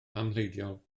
amhleidiol